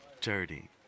dirty